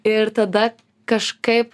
ir tada kažkaip